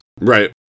right